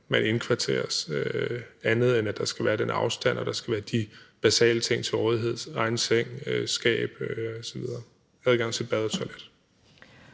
man indkvarteres, andet end at der skal være afstand og der skal være de basale ting til rådighed: egen seng og skab, adgang til bad og toilet